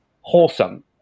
wholesome